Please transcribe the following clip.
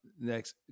next